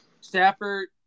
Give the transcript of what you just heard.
Stafford